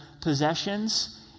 possessions